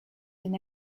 been